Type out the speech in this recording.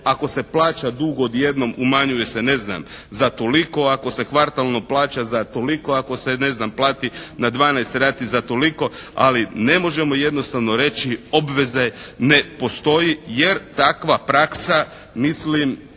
ako se plaća dug odjednom umanjuje se ne znam za toliko, ako se kvartalno plaća za toliko, ako se ne znam plati na 12 rata za toliko. Ali ne možemo jednostavno reći obveze ne postoji jer takva praksa mislim